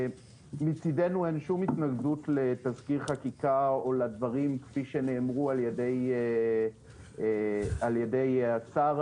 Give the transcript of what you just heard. מצדנו אין שום התנגדות לתזכיר חקיקה או לדברים כפי שנאמרו על-ידי השר.